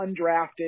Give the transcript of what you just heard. undrafted